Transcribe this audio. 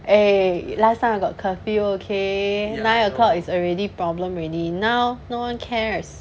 eh last time I got curfew okay nine o'clock is already problem already now no one cares